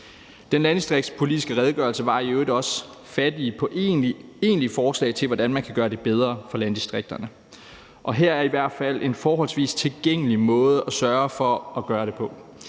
Den landdistriktspolitiske redegørelse var i øvrigt også fattig på egentlige forslag til, hvordan man kan gøre det bedre for landdistrikterne, og det her er i hvert fald en forholdsvis tilgængelig måde at sørge for at gøre det på,